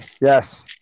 yes